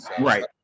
right